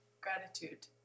Gratitude